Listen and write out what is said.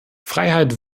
freiheit